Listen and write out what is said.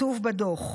כתוב בדוח.